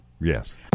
Yes